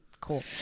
Cool